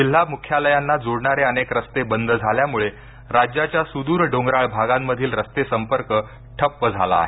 जिल्हा मुख्यालयांना जोडणारे अनेक रक्ते बद झाल्यामुळ राज्याच्या सुदूर डोंगराळ भागांमधील रस्तेसंपर्क ठप्प झाला आहे